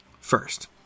First